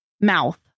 mouth